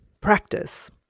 practice